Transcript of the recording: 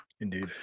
indeed